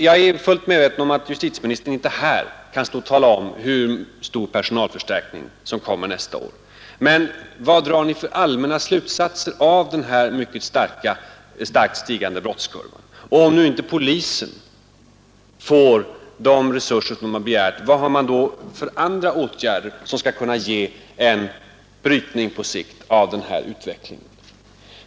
Jag är fullt medveten om att justitieministern inte här kan tala om hur stor personalförstärkningen blir nästa år. Men vilka allmänna slutsatser drar justitieministern av denna mycket starkt stigande brottskurva? Om nu inte polisen får de resurser man har begärt, vilka andra åtgärder skall då på sikt bryta denna utveckling?